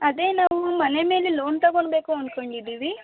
ಅದೇ ನಾವು ಮನೆ ಮೇಲೆ ಲೋನ್ ತಗೊಳ್ಬೇಕು ಅನ್ಕೊಂಡಿದ್ದೀವಿ